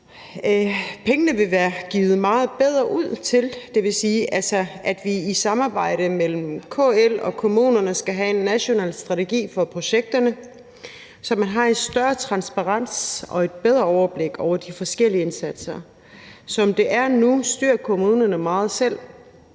Pengene vil være givet meget bedre ud til det. Det vil altså sige, at vi i et samarbejde mellem KL og kommunerne skal have en national strategi for projekterne, så man har en større transparens og et bedre overblik over de forskellige indsatser. Som det er nu, styrer kommunerne meget selv,